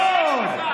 לא עוד.